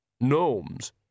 gnomes